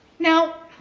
now,